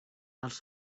els